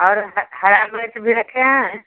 और हर हरी मिर्च भी रखें हैं